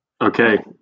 Okay